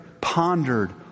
pondered